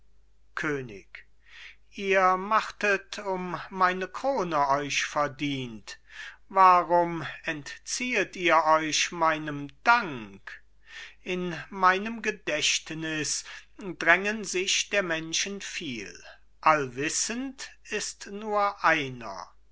könig ihr machtet um meine krone euch verdient warum entziehet ihr euch meinem dank in meinem gedächtnis drängen sich der menschen viel allwissend ist nur einer